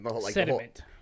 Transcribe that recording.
sediment